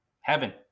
heaven